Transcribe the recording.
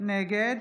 נגד